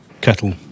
kettle